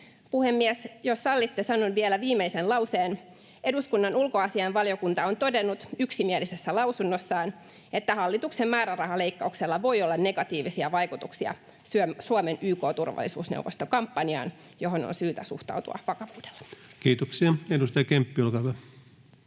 Puhemies, jos sallitte, sanon vielä viimeisen lauseen. — Eduskunnan ulkoasiainvaliokunta on todennut yksimielisessä lausunnossaan, että hallituksen määrärahaleikkauksella voi olla negatiivisia vaikutuksia Suomen YK:n turvallisuusneuvostokampanjaan, mihin on syytä suhtautua vakavuudella. Kiitoksia. — Edustaja Kemppi, olkaa hyvä.